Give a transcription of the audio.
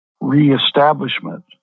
reestablishment